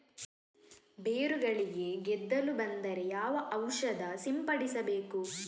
ಬೇರುಗಳಿಗೆ ಗೆದ್ದಲು ಬಂದರೆ ಯಾವ ಔಷಧ ಸಿಂಪಡಿಸಬೇಕು?